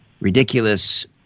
ridiculous